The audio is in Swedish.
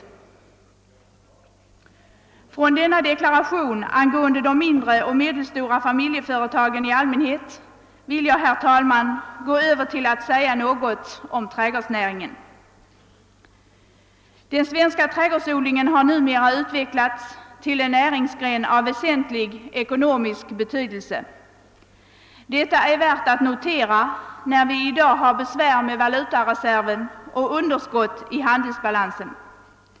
Efter denna deklaration angående de mindre och medelstora familjeföretagen i allmänhet, vill jag gå över till att säga något om trädgårdsnäringen. Den svenska trädgårdsodlingen har utvecklats till en näringsgren av väsentlig ekonomisk betydelse. Detta är värt att notera när vi i dag har besvär med valutareserven och underskottet i handelsbalansen.